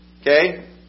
okay